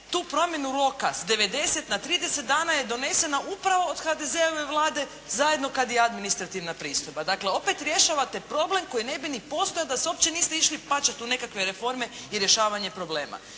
tu promjenu roka s 90 na 30 dana je donesena upravo od HDZ-ove Vlade zajedno kad i administrativna pristojba. Dakle, opet rješavate problem koji ne bi ni postojao da se uopće niste išli pačat u nekakve reforme i rješavanje problema.